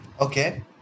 okay